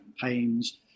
campaigns